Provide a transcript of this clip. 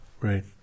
Right